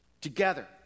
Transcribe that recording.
together